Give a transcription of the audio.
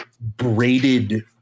braided